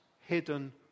Hidden